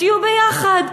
תהיו ביחד.